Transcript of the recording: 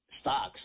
stocks